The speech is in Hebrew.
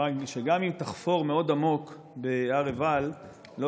כיוון שגם אם תחפור מאוד עמוק בהר עיבל לא